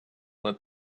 let